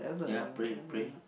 ya pray pray